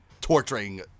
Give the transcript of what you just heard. torturing